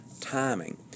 timing